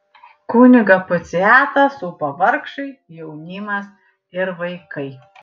kunigą puciatą supo vargšai jaunimas ir vaikai